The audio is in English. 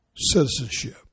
citizenship